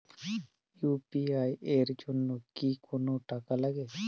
UPI এর জন্য কি কোনো টাকা লাগে?